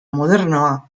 modernoa